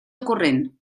corrent